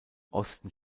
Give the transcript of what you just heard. osten